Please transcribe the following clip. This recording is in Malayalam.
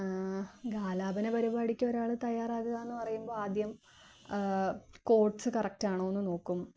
ഗാലാപന പരിപാടിക്ക് ഒരാള് തയ്യാറാവുകയെന്നു പറയുമ്പോള് ആദ്യം കോട്സ് കറക്റ്റാണോന്ന് നോക്കും